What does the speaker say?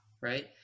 Right